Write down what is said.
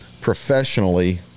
professionally